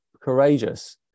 courageous